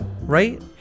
right